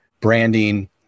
branding